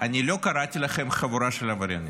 אני לא קראתי לכם חבורה של עבריינים.